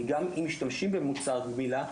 גם אם משמשים במוצר גמילה,